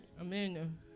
Amen